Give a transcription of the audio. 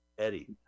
Eddie